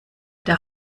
der